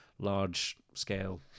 large-scale